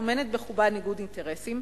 טומנת בחובה ניגוד אינטרסים,